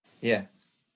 Yes